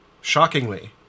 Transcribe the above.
shockingly